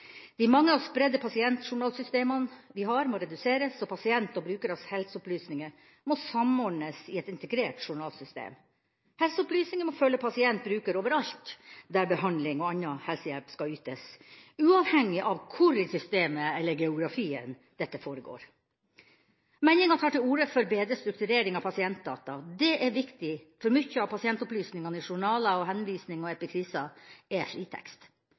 De mange og spredte pasientjournalsystemene vi har, må reduseres, og pasient/brukers helseopplysninger må samordnes i et integrert journalsystem. Helseopplysninger må følge pasient/bruker overalt der behandling og annen helsehjelp skal ytes – uavhengig av hvor i systemet eller geografien dette foregår. Meldinga tar til orde for bedre strukturering av pasientdata. Det er viktig, for mye av pasientopplysningene i journaler, henvisninger og epikriser er fritekst.